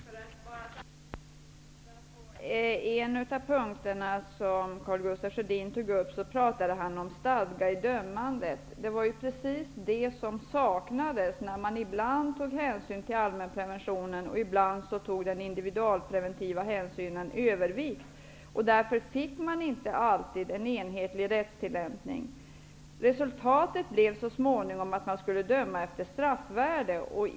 Fru talman! Jag vill ta fasta på en av punkterna som Karl Gustaf Sjödin tog upp, nämligen stadga i dömandet. Det var precis det som saknades när man ibland tog hänsyn till allmänpreventionen medan den individualpreventiva hänsynen ibland fick övervikt. Man fick därför inte alltid en enhetlig rättstillämpning. Resultatet blev så småningom att det skulle dömas efter straffvärde.